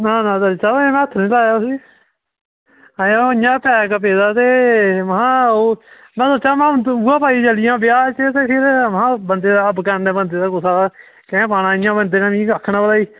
ना ना दर्जी साहब में हत्थ निं लाया उसी ऐहीं ओह् इंया पैक पेदा ते में हा ओह् ते में हा ओह् इया पता चली जाना ब्याह् च दूऐ बंदे दा इंया केह् पाना बंदें ने इंया आक्खना कि